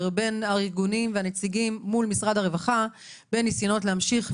בין הארגונים והנציגים מול משרד הרווחה בניסיונות להמשיך,